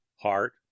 heart